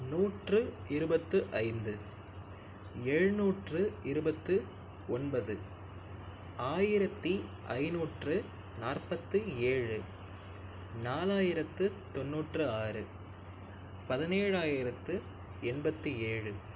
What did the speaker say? நூற்று இருபத்து ஐந்து எழுநூற்று இருபத்து ஒன்பது ஆயிரத்தி ஐநூற்று நாற்பத்து ஏழு நாலாயிரத்து தொண்ணூற்று ஆறு பதினேழாயிரத்து எண்பத்தி ஏழு